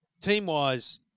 Team-wise